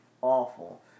Awful